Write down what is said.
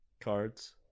cards